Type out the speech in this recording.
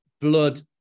blood